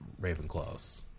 Ravenclaw's